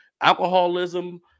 alcoholism